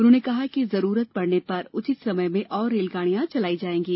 उन्होंने कहा कि जरूरत पड़ने पर उचित समय में और रेलगाड़ियां चलाई जाएंगी